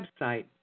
website